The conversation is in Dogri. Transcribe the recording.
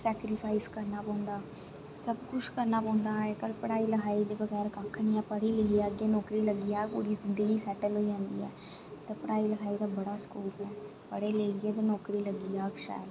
सैक्रिफाइस करना पौंदा सब कुछ करना पोंदा अजकल पढ़ाई लिखाई दे बगैर कक्ख नेईं ऐ पढ़ी लिखी जाह्गे नौकरी लग्गी जाह्ग पूरी जिंदगी सेटल होई जंदी ऐ ते पढ़ाई लखाई दा बड़ा स्कोप ऐ पढ़ी लिखी जाह्गे ते नौकरी लग्गी जाह्ग शैल